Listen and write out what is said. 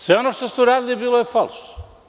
Sve ono što ste uradili bilo je falš.